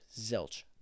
Zilch